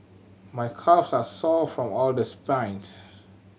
my calves are sore from all the